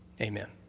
Amen